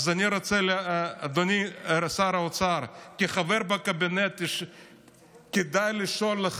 אדוני שר האוצר, כחבר בקבינט, כדאי לך לשאול: